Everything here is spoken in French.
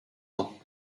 ans